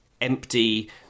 empty